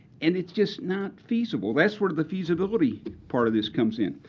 and it's just not feasible. that's where the feasibility part of this comes in.